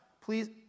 please